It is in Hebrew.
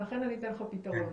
לכן אני אתן לך את הפתרון,